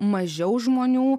mažiau žmonių